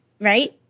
right